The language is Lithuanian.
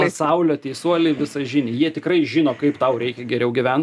pasaulio teisuoliai visažiniai jie tikrai žino kaip tau reikia geriau gyvent